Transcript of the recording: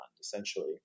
essentially